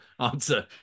answer